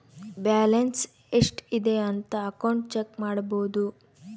balance ಎಷ್ಟ್ ಇದೆ ಅಂತ ಅಕೌಂಟ್ ಚೆಕ್ ಮಾಡಬೋದು